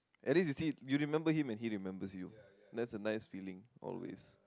at least you see you remember him and he remembers you that's a nice feeling always